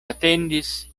atendis